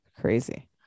crazy